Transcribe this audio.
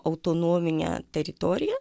autonominė teritorija